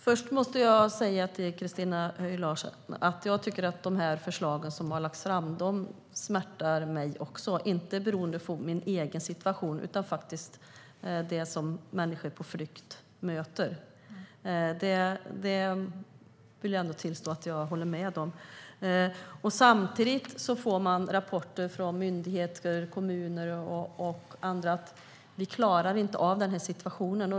Herr talman! Först måste jag säga till Christina Höj Larsen att de förslag som har lagts fram smärtar mig också. Det beror inte på min egen situation, utan det handlar om det som människor på flykt möter. Jag vill ändå tillstå att jag håller med om detta. Samtidigt får man rapporter från myndigheter, kommuner och andra om att de inte klarar av den här situationen.